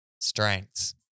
Strengths